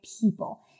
people